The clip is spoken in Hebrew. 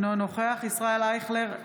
אינו נוכח ישראל אייכלר,